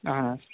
اہن حظ